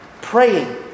praying